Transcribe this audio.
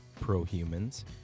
prohumans